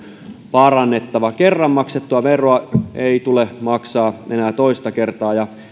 parannettava kerran maksettua veroa ei tule maksaa enää toista kertaa ja